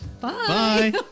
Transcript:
Bye